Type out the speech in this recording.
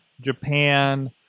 Japan